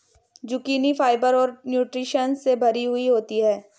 zucchini fibre और nutritions से भरी हुई होती है